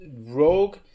rogue